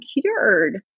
cured